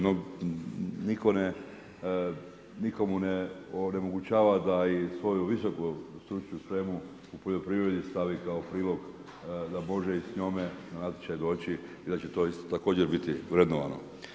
No nitko mu ne onemogućava da i svoju visoku stručnu spremu u poljoprivredi stavi kao prilog da može i s njome na natječaj doći i da će to isto također biti vrednovano.